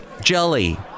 jelly